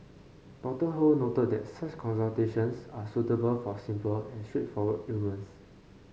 Doctor Ho noted that such consultations are suitable for simple and straightforward ailments